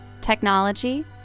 technology